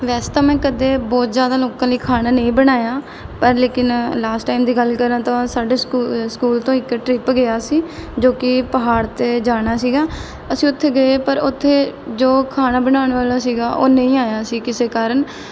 ਵੈਸੇ ਤਾਂ ਮੈਂ ਕਦੇ ਬਹੁਤ ਜ਼ਿਆਦਾ ਲੋਕਾਂ ਲਈ ਖਾਣਾ ਨਹੀਂ ਬਣਾਇਆ ਪਰ ਲੇਕਿਨ ਲਾਸਟ ਟਾਈਮ ਦੀ ਗੱਲ ਕਰਾਂ ਤਾਂ ਸਾਡੇ ਸਕੂ ਸਕੂਲ ਤੋਂ ਇੱਕ ਟਰਿੱਪ ਗਿਆ ਸੀ ਜੋ ਕਿ ਪਹਾੜ 'ਤੇ ਜਾਣਾ ਸੀਗਾ ਅਸੀਂ ਉੱਥੇ ਗਏ ਪਰ ਉੱਥੇ ਜੋ ਖਾਣਾ ਬਣਾਉਣ ਵਾਲਾ ਸੀਗਾ ਉਹ ਨਹੀਂ ਆਇਆ ਸੀ ਕਿਸੇ ਕਾਰਨ